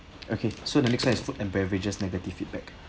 okay so the next [one] is food and beverages negative feedback